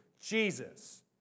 Jesus